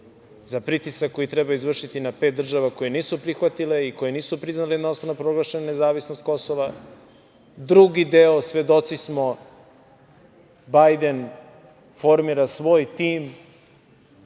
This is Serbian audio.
za pritisak koji treba izvršiti na pet država koje nisu prihvatile i koje nisu priznale jednostranu proglašenu nezavisnost Kosova. Što se tiče drugog dela, svedoci smo, Bajden formira svoj tim